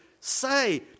say